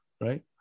right